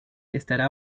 estará